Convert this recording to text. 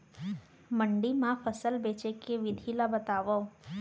मंडी मा फसल बेचे के विधि ला बतावव?